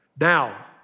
Now